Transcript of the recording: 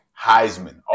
Heisman